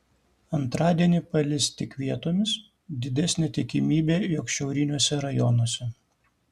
antradienį palis tik vietomis didesnė tikimybė jog šiauriniuose rajonuose